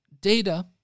data